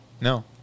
No